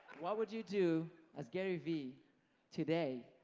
what would you do as garyvee today,